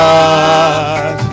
God